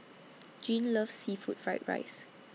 Jean loves Seafood Fried Rice